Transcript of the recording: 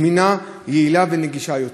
זמינה, יעילה ונגישה יותר.